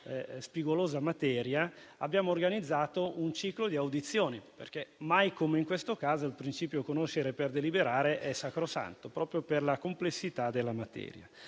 spigolosa materia - abbiamo organizzato un ciclo di audizioni, perché mai come in questo caso il principio "conoscere per deliberare" è sacrosanto, proprio per la complessità della materia.